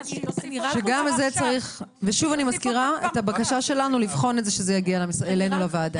שוב אני מזכירה את הבקשה שלנו לבחון את זה כשזה יגיע אלינו לוועדה.